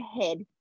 head